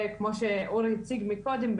וכמו שאורי הציג קודם,